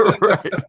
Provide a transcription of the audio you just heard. Right